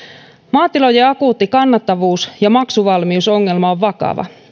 maatilojen akuutti kannattavuus ja maksuvalmiusongelma on vakava